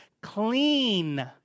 clean